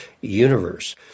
universe